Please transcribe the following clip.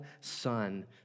son